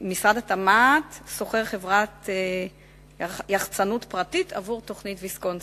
משרד התמ"ת שוכר חברת יחצנות פרטית עבור תוכנית ויסקונסין,